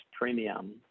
premium